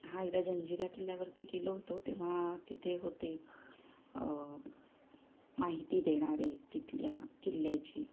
हा एकदा जंजिरा किल्ल्यावरती केलो होतो तेव्हा तिथे होते माहिती देणारे तिथल्या किल्ल्याची